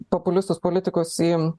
populistus politikus į